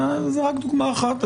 זאת רק דוגמה אחת.